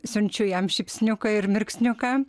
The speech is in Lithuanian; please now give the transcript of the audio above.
siunčiu jam šypsniuką ir mirksniuką